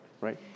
right